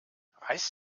reiß